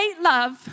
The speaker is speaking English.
love